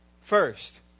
first